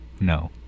no